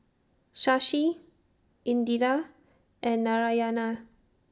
Shashi Indira and Narayana